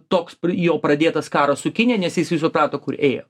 toks jau pradėtas karas su kinija nes jisai suprato kur ėjo